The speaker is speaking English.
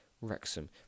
Wrexham